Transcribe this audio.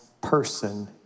person